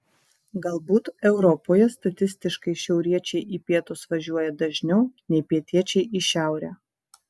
galbūt europoje statistiškai šiauriečiai į pietus važiuoja dažniau nei pietiečiai į šiaurę